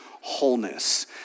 wholeness